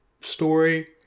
story